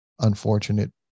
unfortunate